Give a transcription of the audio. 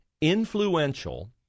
influential